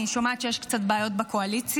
אני שומעת שיש קצת בעיות בקואליציה,